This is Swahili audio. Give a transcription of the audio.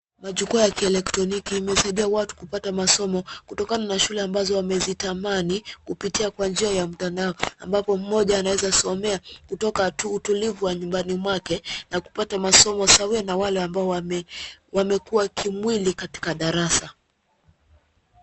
Majukwaa ya kielektroniki imesaidia watu kupata masomo kutokana na shule ambazo wamezitamani kupitia kwa njia ya mtandao ambapo mmoja anaweza somea kutoka tu utulivu wa nyumbani mwake na kupata masomo sawia na wale ambao wamekuwa kimwili katika darasa.